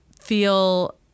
feel